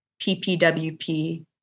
PPWP